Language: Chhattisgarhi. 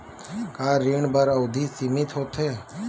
का ऋण बर अवधि सीमित होथे?